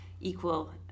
equal